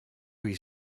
his